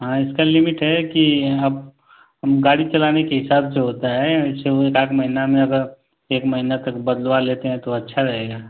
हाँ इसकी लिमिट है कि अब अब गाड़ी चलाने के हिसाब से होता है ऐसे वह एक आध महीने में अगर एक महीना तक बदलवा लेते हैं तो अच्छा रहेगा